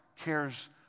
cares